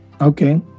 Okay